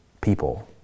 people